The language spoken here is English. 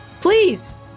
Please